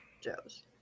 Joe's